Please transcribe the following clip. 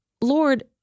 Lord